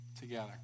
together